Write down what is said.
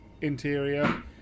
Interior